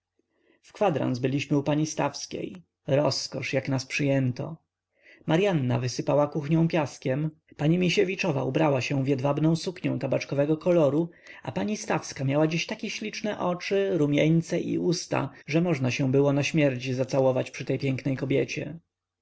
w kwadrans byliśmy u pani stawskiej rozkosz jak nas przyjęto maryanna wysypała kuchnią piaskiem pani misiewiczowa ubrała się w jedwabną suknią tabaczkowego koloru a pani stawska miała dziś takie śliczne oczy rumieńce i usta że można się było na śmierć zacałować przy tej pięknej kobiecie